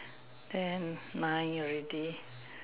then my already